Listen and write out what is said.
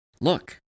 Look